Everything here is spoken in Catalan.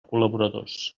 col·laboradors